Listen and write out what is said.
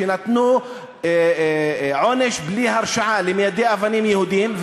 שנתנו עונש בלי הרשעה למיידי אבנים יהודים,